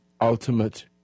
ultimate